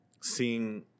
seeing